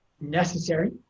necessary